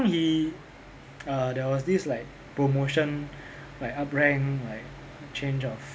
he err there was this like promotion like up rank like change of